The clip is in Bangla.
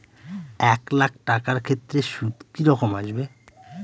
এক লাখ টাকার ক্ষেত্রে সুদ কি রকম আসবে?